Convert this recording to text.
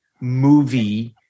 movie